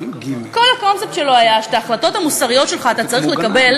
כל הקונספט שלו היה שאת ההחלטות המוסריות שלך אתה צריך לקבל